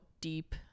deep